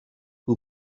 who